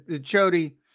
jody